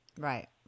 Right